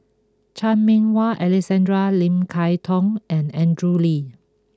Chan Meng Wah Alexander Lim Kay Tong and Andrew Lee